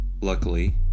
Luckily